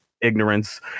ignorance